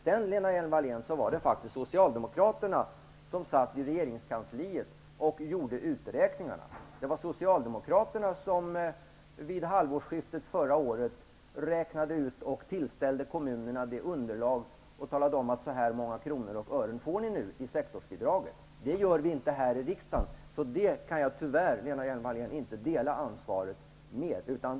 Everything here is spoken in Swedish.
Sedan, Lena Hjelm-Wallén, var det faktiskt socialdemokraterna som satt i regeringskansliet och gjorde uträkningarna. Det var socialdemokraterna som vid halvårsskiftet förra året räknade ut och tillställde kommunerna underlaget och talade om att så här många kronor och ören får ni nu i sektorsbidrag. Detta gör vi inte här i riksdagen, så det kan jag tyvärr, Lena Hjelm-Wallén, inte dela ansvaret för.